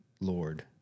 Lord